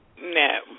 No